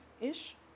ish